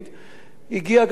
הגיע גם גילוי בסוף.